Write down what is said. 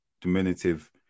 diminutive